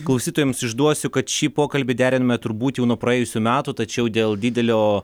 klausytojams išduosiu kad šį pokalbį deriname turbūt jau nuo praėjusių metų tačiau dėl didelio